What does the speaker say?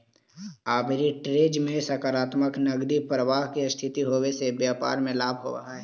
arbitrage में सकारात्मक नकदी प्रवाह के स्थिति होवे से व्यापार में लाभ होवऽ हई